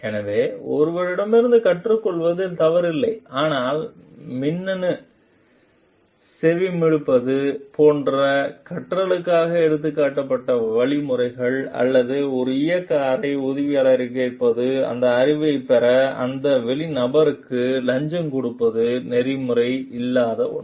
எனவே ஒருவரிடமிருந்து கற்றுக்கொள்வதில் தவறில்லை ஆனால் மின்னணு செவிமடுப்பது போன்ற கற்றலுக்காக எடுக்கப்பட்ட வழிமுறைகள் அல்லது ஒரு இயக்க அறை உதவியாளரைக் கேட்பது அந்த அறிவைப் பெற அந்த வெளி நபருக்கும் லஞ்சம் கொடுப்பது நெறிமுறை இல்லாத ஒன்று